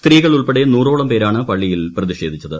സ്ത്രീകൾ ഉൾപ്പെടെ നൂറോളം പേരാണ് പള്ളിയിൽ പ്രതിഷേധിച്ചത്